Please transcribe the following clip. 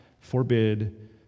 forbid